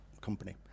company